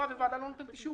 והוועדה לא נותנת אישור,